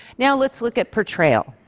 now let's look at portrayal.